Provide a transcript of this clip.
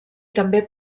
també